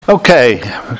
Okay